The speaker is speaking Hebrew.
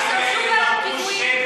שלא ישתמשו בהם לפיגועים.